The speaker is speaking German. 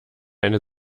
eine